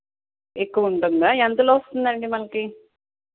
ఎక్కువ ఉంటుందా ఎంతలో వస్తుంది అండి మనకు